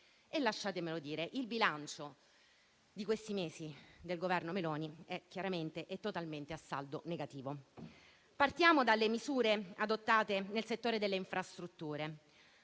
- lasciatemelo dire - il bilancio di questi mesi del Governo Meloni è chiaramente e totalmente a saldo negativo. Partiamo dalle misure adottate nel settore delle infrastrutture.